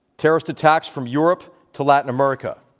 terrorist attacks from europe to latin america.